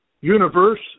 universe